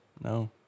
No